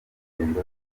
ingendo